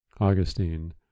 Augustine